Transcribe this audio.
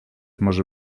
może